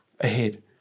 ahead